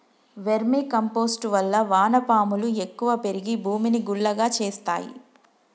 vermi compost వల్ల వాన పాములు ఎక్కువ పెరిగి భూమిని గుల్లగా చేస్తాయి